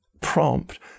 prompt